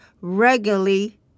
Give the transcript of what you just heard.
regularly